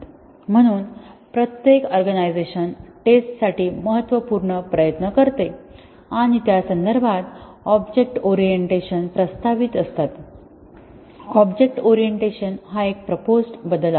म्हणून प्रत्येक ऑर्गनायझेशन टेस्टसाठी महत्त्वपूर्ण प्रयत्न करते आणि त्या संदर्भात ऑब्जेक्ट ओरिएंटेशन प्रस्तावित असताना ऑब्जेक्ट ओरिएंटेशन हा एक प्रोपोज्ड बदल आहे